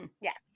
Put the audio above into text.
Yes